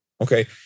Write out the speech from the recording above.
Okay